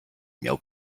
miał